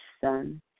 son